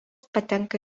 patenka